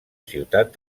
ciutat